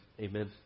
Amen